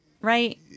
Right